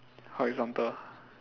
horizontal